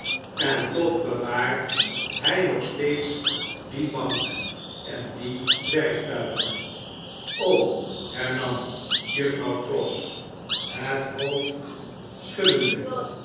en toch bewaart hij nog steeds die bank en die werktuigen tiernam juffrouw pross het hoofd